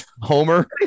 Homer